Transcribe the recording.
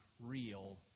real